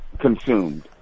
consumed